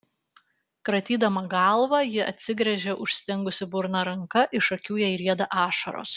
kratydama galvą ji atsigręžia užsidengusi burną ranka iš akių jai rieda ašaros